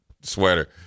sweater